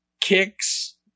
kicks